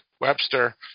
webster